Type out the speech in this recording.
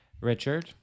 richard